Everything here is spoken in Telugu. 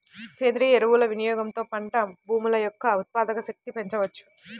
సేంద్రీయ ఎరువుల వినియోగంతో పంట భూముల యొక్క ఉత్పాదక శక్తిని పెంచవచ్చు